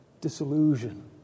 disillusion